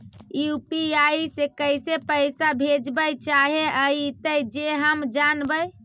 UPI से कैसे पैसा भेजबय चाहें अइतय जे हम जानबय?